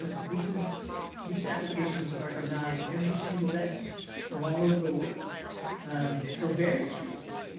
ah visas visa applications are denied every single day from all over the world for various reasons.